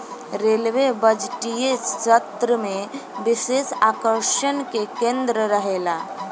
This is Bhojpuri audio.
रेलवे बजटीय सत्र में विशेष आकर्षण के केंद्र रहेला